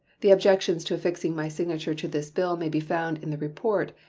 the objections to affixing my signature to this bill may be found in the report,